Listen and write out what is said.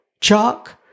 chalk